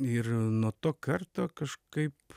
ir nuo to karto kažkaip